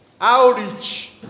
Outreach